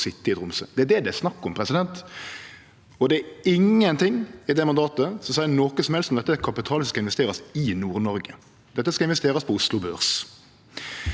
Det er det det er snakk om, og det er ingen ting i det mandatet som seier noko som helst om at det er kapital som skal investerast i Nord-Noreg. Dette skal investerast på Oslo Børs.